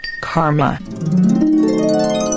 Karma